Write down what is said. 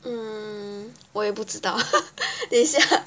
mm 我也不知道 等一下